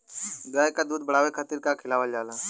गाय क दूध बढ़ावे खातिन का खेलावल जाय?